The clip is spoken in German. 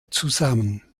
zusammen